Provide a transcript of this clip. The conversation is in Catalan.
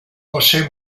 josé